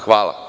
Hvala.